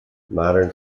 modern